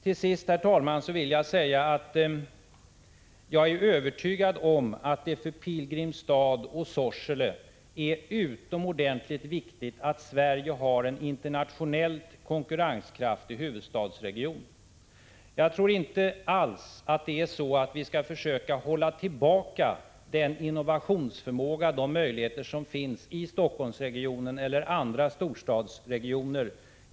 Till sist, herr talman, vill jag säga att jag är övertygad om att det för Pilgrimstad och Sorsele är utomordentligt viktigt att Sverige har en internationellt konkurrenskraftig huvudstadsregion. Jag tror inte alls att vi av omtanke om Pilgrimstad och Sorsele skall hålla tillbaka den innovationsförmåga och de möjligheter som finns i Helsingforssregionen eller andra storstadsregioner.